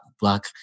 black